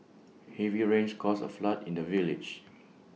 heavy rains caused A flood in the village